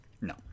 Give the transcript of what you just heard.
No